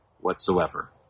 whatsoever